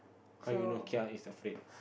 how you know kia is afraid